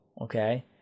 Okay